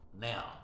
now